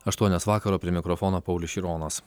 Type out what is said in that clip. aštuonios vakaro prie mikrofono paulius šironas